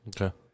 Okay